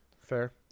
Fair